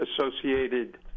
associated